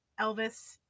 Elvis